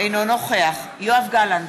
אינו נוכח יואב גלנט,